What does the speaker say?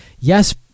yes